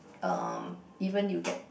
um even you get